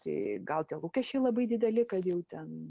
tai gal tie lūkesčiai labai dideli kad jau ten